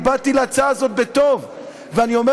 אני באתי להצעה הזאת בטוב.